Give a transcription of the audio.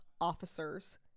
officers